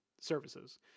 services